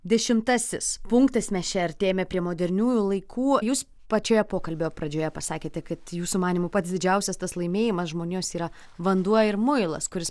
dešimtasis punktas mes čia artėjame prie moderniųjų laikų jūs pačioje pokalbio pradžioje pasakėte kad jūsų manymu pats didžiausias tas laimėjimas žmonijos yra vanduo ir muilas kuris